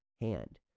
Hand